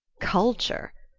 culture!